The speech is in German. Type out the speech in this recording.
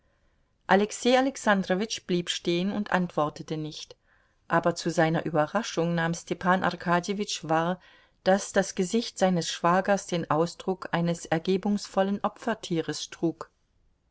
alexei alexandrowitsch blieb stehen und antwortete nicht aber zu seiner überraschung nahm stepan arkadjewitsch wahr daß das gesicht seines schwagers den ausdruck eines ergebungsvollen opfertieres trug